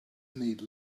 need